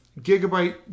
Gigabyte